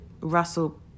Russell